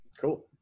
Cool